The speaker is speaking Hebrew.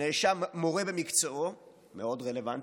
הנאשם, מורה במקצועו, מאוד רלוונטי,